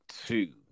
two